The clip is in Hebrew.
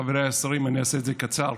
חבריי השרים, אני אעשה את זה קצר,